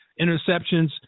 interceptions